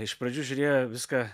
iš pradžių žiūrėjo į viską